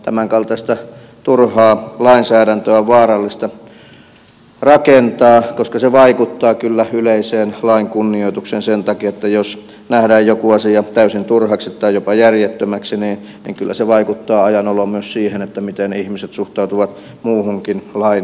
tämänkaltaista turhaa lainsäädäntöä on vaarallista rakentaa koska se vaikuttaa kyllä yleiseen lain kunnioitukseen sen takia että jos nähdään joku asia täysin turhaksi tai jopa järjettömäksi niin kyllä se vaikuttaa ajan oloon myös siihen miten ihmiset suhtautuvat muuhunkin lainsäädäntöön